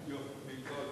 ההצעה להעביר